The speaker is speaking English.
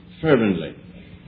fervently